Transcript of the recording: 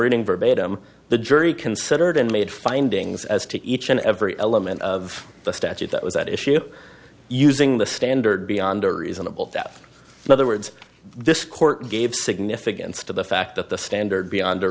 reading verbatim the jury considered and made findings as to each and every element of the statute that was at issue using the standard beyond a reasonable doubt in other words this court gave significance to the fact that the standard beyond a